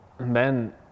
Ben